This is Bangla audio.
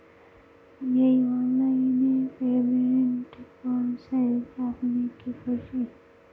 এই অনলাইন এ পেমেন্ট করছেন আপনি কি খুশি?